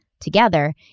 together